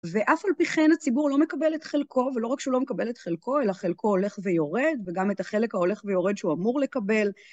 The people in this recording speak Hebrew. ואף על פי כן הציבור לא מקבל את חלקו, ולא רק שהוא לא מקבל את חלקו, אלא חלקו הולך ויורד, וגם את החלק ההולך ויורד שהוא אמור לקבל.